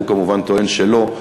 הוא כמובן טוען שלא.